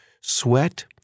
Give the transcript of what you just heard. sweat